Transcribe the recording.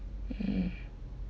mm